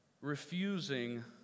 refusing